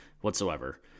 whatsoever